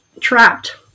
trapped